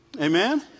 Amen